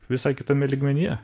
visai kitame lygmenyje